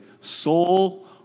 Soul